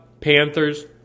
Panthers